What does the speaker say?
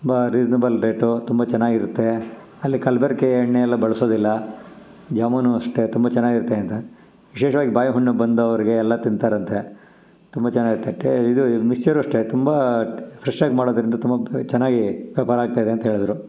ತುಂಬ reasonable rate ತುಂಬ ಚೆನ್ನಾಗಿರುತ್ತೆ ಅಲ್ಲಿ ಕಲಬೆರ್ಕೆ ಎಣ್ಣೆ ಅಲ್ಲ ಬಳಸೋದಿಲ್ಲ ಜಾಮೂನು ಅಷ್ಟೇ ತುಂಬ ಚೆನ್ನಾಗಿರುತ್ತೆ ಅಂತ ವಿಶೇಷ್ವಾಗಿ ಬಾಯಿಗೆ ಹುಣ್ಣು ಬಂದವ್ರಿಗೆಲ್ಲ ತಿಂತಾರಂತೆ ತುಂಬ ಚೆನ್ನಾಗಿರುತ್ತೆ ತಟ್ಟೆ ಇದು ಮಿಕ್ಸ್ಚರು ಅಷ್ಟೇ ತುಂಬ ಫ್ರೆಶ್ಶಾಗಿ ಮಾಡೋದ್ರಿಂದ ತುಂಬ ಚೆನ್ನಾಗಿ ವ್ಯಾಪಾರ ಆಗ್ತಾಯಿದೆ ಅಂತ ಹೇಳಿದ್ರು